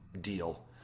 deal